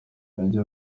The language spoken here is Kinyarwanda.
nabyo